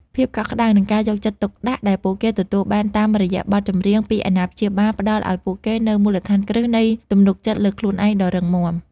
ភាពកក់ក្តៅ និងការយកចិត្តទុកដាក់ដែលពួកគេទទួលបានតាមរយៈបទចម្រៀងពីអាណាព្យាបាល ផ្តល់ឱ្យពួកគេនូវមូលដ្ឋានគ្រឹះនៃទំនុកចិត្តលើខ្លួនឯងដ៏រឹងមាំ